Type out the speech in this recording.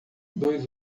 dois